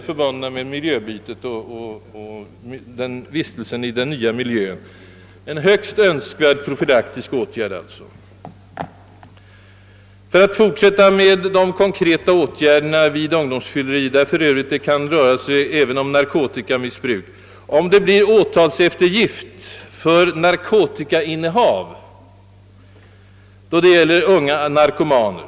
fyleri — där det ju även kan röra sig om narkotikamissbruk — vill jag också fråga: Vilka praktiska åtgärder vidtar barnavårdsnämnderna, om det blir åtalseftergift för narkotikainnehav avseende unga narkomaner?